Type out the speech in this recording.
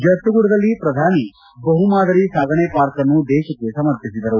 ಜರ್ಸುಗುಡದಲ್ಲಿ ಪ್ರಧಾನಿ ಬಹು ಮಾದರಿ ಸಾಗಣೆ ಪಾರ್ಕ್ ಅನ್ನು ದೇಶಕ್ಕೆ ಸಮರ್ಪಿಸಿದರು